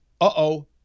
uh-oh